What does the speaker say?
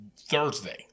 Thursday